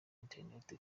internet